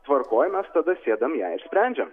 tvarkoj mes tada sėdam ją ir sprendžiam